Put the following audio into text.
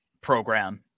program